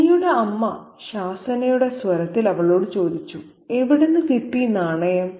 മിനിയുടെ അമ്മ ശാസനയുടെ സ്വരത്തിൽ അവളോട് ചോദിച്ചു 'എവിടുന്നു കിട്ടി നാണയം